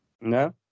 No